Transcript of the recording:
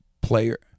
player